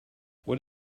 what